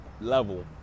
level